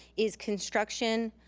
is construction,